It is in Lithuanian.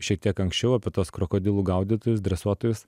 šiek tiek anksčiau apie tuos krokodilų gaudytojus dresuotojus